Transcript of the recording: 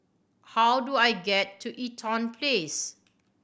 how do I get to Eaton Place